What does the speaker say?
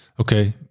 Okay